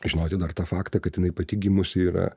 žinoti dar tą faktą kad jinai pati gimusi yra